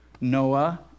Noah